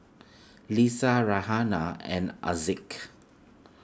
Lisa Raihana and Haziq